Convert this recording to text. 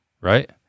right